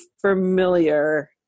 familiar